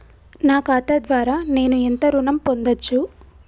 నా ఖాతా ద్వారా నేను ఎంత ఋణం పొందచ్చు?